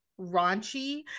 raunchy